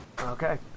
Okay